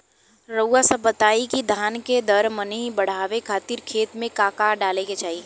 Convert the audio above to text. रउआ सभ बताई कि धान के दर मनी बड़ावे खातिर खेत में का का डाले के चाही?